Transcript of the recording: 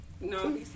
No